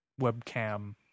webcam